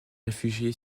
réfugié